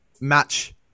match